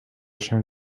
się